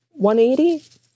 180